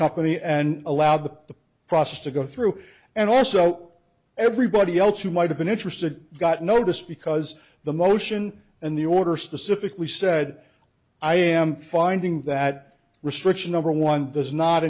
company and allow the process to go through and also everybody else who might have been interested got notice because the motion and the order specifically said i am finding that restriction number one does not